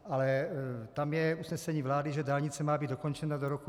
Ale tam je usnesení vlády, že dálnice má být dokončena do roku 2019.